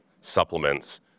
supplements